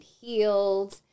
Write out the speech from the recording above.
healed